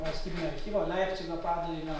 valstybinio archyvo leipcigo padalinio